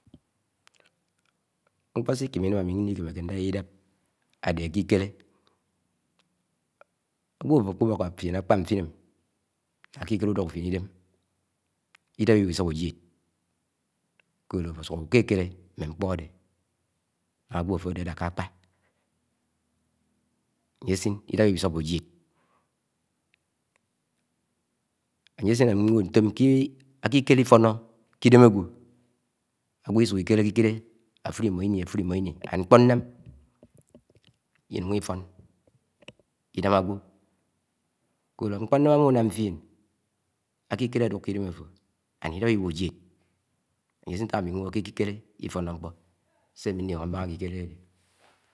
Nk̄p̄o nsikēmē inām ãmi nikemeke, ndaya idãp ãde ākikele Agwo ãfo ãkpoboko fiẽn ãkpa nfin ãni jãk akikile uduk fien idem idap iwisop ujied, ñsadehe afo, asuk aw̃i ikekele mme kpo ade ñaba ãgwo, ãfo ade adaka ãkpa ayesin ĩdap iwi sobo ujied, ãyesin ami ñw̃oho ñtom ke akikilẽ ifono ke ĩdem agwo, ãgwo isuk ikile ãkikelẽ afule imo ini ãfule imo ini ñne ñkpo ñnãm ĩnuyi ifon inag ãgwe nsadehe nkpo nnam ama uñam fien ãkikele ãduk ki ldem ãfo njien ldãm lwile ujied, ãyesin ntak ãmi ñwoho ke ākikele lfo̱no̱ ñkpo s̄e̱ ãmi̱ ñlio̱no̱ m̱bah̃á.